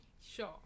sure